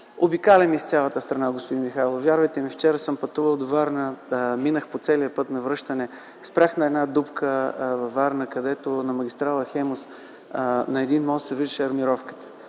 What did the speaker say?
Обикалям из цялата страна, господин Михайлов. Вярвайте ми, вчера съм пътувал до Варна – минах по черния път на връщане. Спрях на една дупка във Варна, където на магистрала „Хемус”, на един мост се виждаше армировката.